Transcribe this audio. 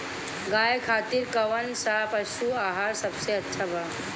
गाय खातिर कउन सा पशु आहार सबसे अच्छा बा?